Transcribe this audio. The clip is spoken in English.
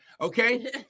Okay